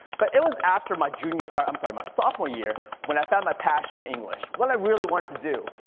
but it was after my junior, i'm sorry my sophtmore year when i found my passion in english. what i really wanted to do.